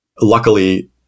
luckily